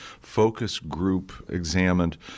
focus-group-examined